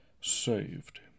saved